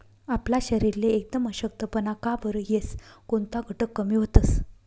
आपला शरीरले एकदम अशक्तपणा का बरं येस? कोनता घटक कमी व्हतंस?